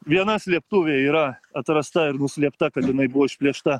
viena slėptuvė yra atrasta ir nuslėpta kad jinai buvo išplėšta